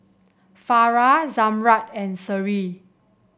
Farah Zamrud and Seri